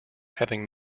having